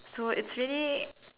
so it's really